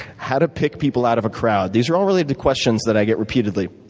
how to pick people out of a crowd. these are all really the questions that i get repeatedly.